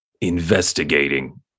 investigating